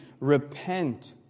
Repent